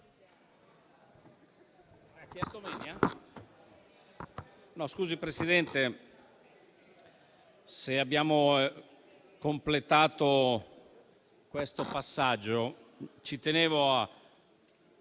Signor Presidente, se abbiamo completato questo passaggio, ci terrei a